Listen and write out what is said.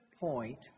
point